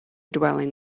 dwelling